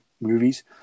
movies